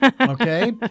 okay